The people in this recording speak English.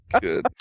Good